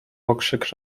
okrzyk